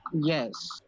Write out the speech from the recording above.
yes